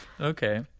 Okay